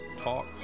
talk